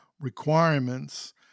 requirements